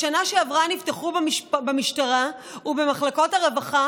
בשנה שעברה נפתחו במשטרה ובמחלקות הרווחה